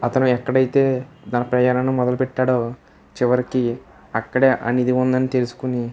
అతను ఎక్కడైతే ఆ ప్రేరణ మొదలుపెట్టాడో చివరికి అక్కడే ఆ నిధి ఉందని తెలుసుకొని